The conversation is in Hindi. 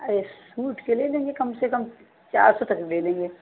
अरे सूट के ले लेंगे कम से कम चार सौ तक ले लेंगे